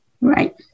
Right